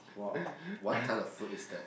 !wow! what type of food is that